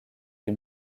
des